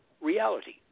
reality